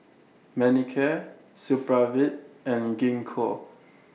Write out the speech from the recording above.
Manicare Supravit and Gingko